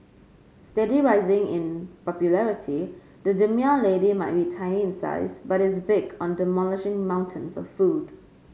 steadily rising in popularity the demure lady might be tiny in size but is big on demolishing mountains of food